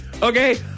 Okay